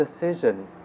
decision